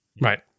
Right